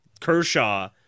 Kershaw